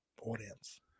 audience